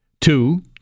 Two